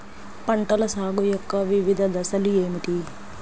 పంటల సాగు యొక్క వివిధ దశలు ఏమిటి?